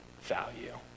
value